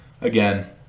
again